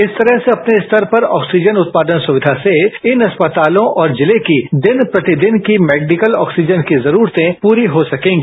इस तरह से अपने स्तर पर ऑक्सीजन उत्पादन सुविधा से इन अस्पतालों और जिले की दिन प्रतिदिन की मेडिकल ऑक्सीजन की जरूरतें पूरी हो सकेंगी